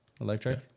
Electric